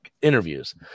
interviews